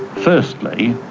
firstly,